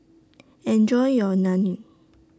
Enjoy your Naan